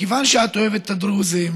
מכיוון שאת אוהבת את הדרוזים,